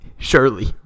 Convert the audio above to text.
Surely